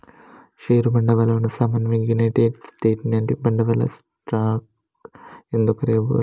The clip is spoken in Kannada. ಷೇರು ಬಂಡವಾಳವನ್ನು ಸಾಮಾನ್ಯವಾಗಿ ಯುನೈಟೆಡ್ ಸ್ಟೇಟ್ಸಿನಲ್ಲಿ ಬಂಡವಾಳ ಸ್ಟಾಕ್ ಎಂದು ಕರೆಯಲಾಗುತ್ತದೆ